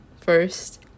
first